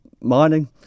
mining